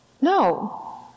no